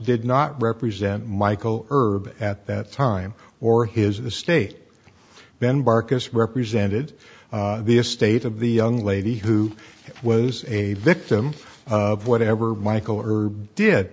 did not represent michael erb at that time or his the state then barcus represented the estate of the young lady who was a victim of whatever michael or did